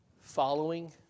following